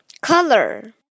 color